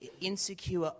insecure